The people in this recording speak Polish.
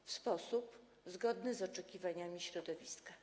w sposób zgodny z oczekiwaniami środowiska.